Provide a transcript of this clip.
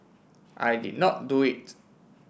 I did not do it